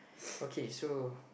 okay so